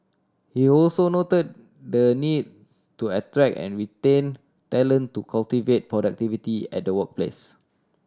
he also noted the need to attract and retain talent to cultivate productivity at workplace